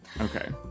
Okay